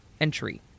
entry